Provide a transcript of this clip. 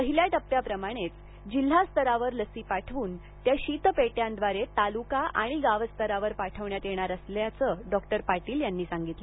पहिल्या टप्प्याप्रमाणेच जिल्हा स्तरावर लसी पाठवून त्या शीतपेट्यांद्वारे तालुका गाव स्तरावर पाठवण्यात येणार आहे असं डॉ पाटील म्हणाले